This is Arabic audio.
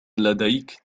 لديك